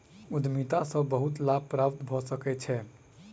उद्यमिता सॅ बहुत लाभ प्राप्त भ सकै छै